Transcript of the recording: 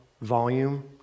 volume